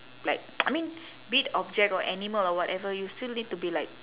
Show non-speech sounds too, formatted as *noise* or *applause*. like *noise* I mean be it object or animal or whatever you still need to be like